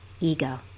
ego